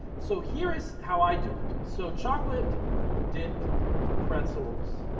so here is how i do it. so chocolate dipped pretzels,